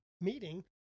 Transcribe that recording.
meeting